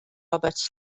roberts